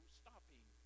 stopping